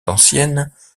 anciennes